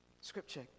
Scripture